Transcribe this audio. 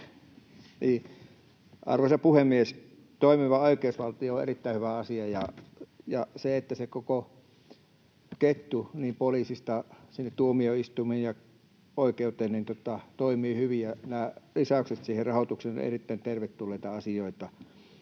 Arvoisa puhemies! Toimiva oikeusvaltio on erittäin hyvä asia ja se, että se koko ketju poliisista sinne tuomioistuimiin ja oikeuteen toimii hyvin, ja nämä lisäykset siihen rahoitukseen ovat erittäin tervetulleita asioita.